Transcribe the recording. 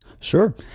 Sure